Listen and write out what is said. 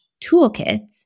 toolkits